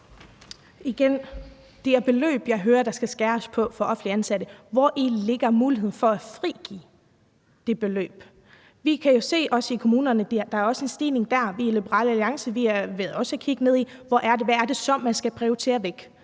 sige om det her beløb, som jeg hører der skal skæres på i forhold til offentligt ansatte: Hvori ligger muligheden for at frigive det beløb? Vi kan jo se i kommunerne, at der også er en stigning dér. I Liberal Alliance har vi også valgt at kigge på, hvad det så er, vi skal prioritere væk,